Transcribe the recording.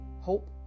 hope